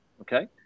okay